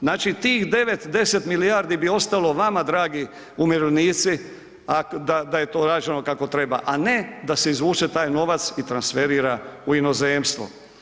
Znači tih 9, 10 milijardi bi ostalo vama, dragi umirovljenici, da je to rađeno kako treba, a ne da se izvuče taj novac i transferira u inozemstvo.